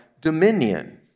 dominion